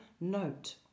note